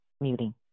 muting